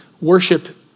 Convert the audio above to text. worship